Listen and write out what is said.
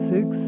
Six